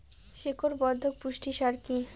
শিকড় বর্ধক পুষ্টি সার কি?